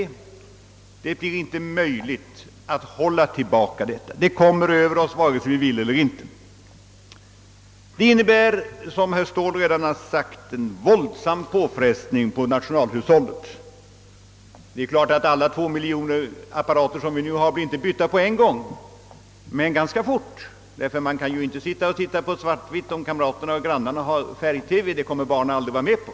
Det blir inte möjligt att hålla tillbaka detta — det kommer över oss vare sig vi vill eller inte. Det innebär, som herr Ståhl redan har sagt, en våldsam påfrestning på nationalhushållet. Alla de 2 miljoner apparater som vi nu har blir naturligtvis inte bytta på en gång, men de kommer att bytas ut ganska snart. Man kan ju inte sitta och titta på svart-vitt när kamraterna och grannarna har färg-TV — det kommer barnen aldrig att vara med på.